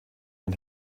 den